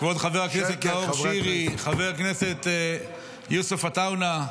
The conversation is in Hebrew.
כבוד חבר הכנסת נאור שירי, חבר הכנסת יוסף עטאונה,